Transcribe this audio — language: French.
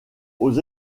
aux